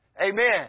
Amen